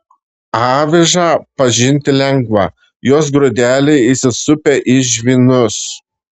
avižą pažinti lengva jos grūdeliai įsisupę į žvynus